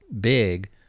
big